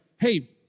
hey